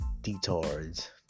Detards